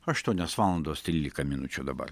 aštuonios valandos trylika minučių dabar